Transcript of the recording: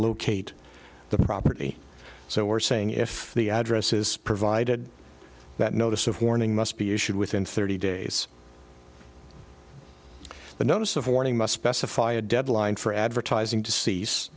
locate the property so we're saying if the address is provided that notice of warning must be issued within thirty days the notice of warning must specify a deadline for advertising to cease